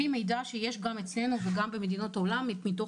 לפי מידע שיש גם אצלנו וגם במדינות העולם מתוך